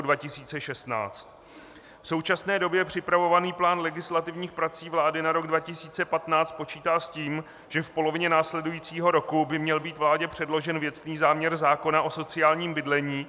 V současné době připravovaný plán legislativních prací vlády na rok 2015 počítá s tím, že v polovině následujícího roku by měl být vládě předložen věcný záměr zákona o sociálním bydlení.